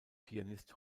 pianist